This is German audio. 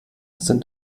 sind